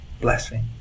blessing